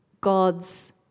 God's